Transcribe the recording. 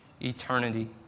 eternity